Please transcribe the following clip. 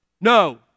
No